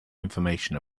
information